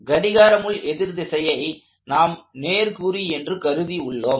கடிகார எதிர் திசையை நாம் நேர்க்குறி என்று கருதி உள்ளோம்